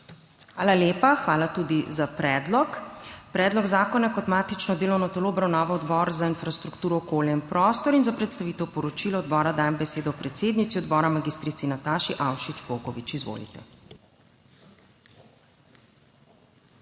Hvala lepa. Hvala tudi za predlog. Predlog zakona je kot matično delovno telo obravnaval Odbor za infrastrukturo, okolje in prostor. Za predstavitev poročila odbora dajem besedo predsednici odbora mag. Nataši Avšič Bogovič. Izvolite.